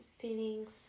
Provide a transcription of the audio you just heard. feelings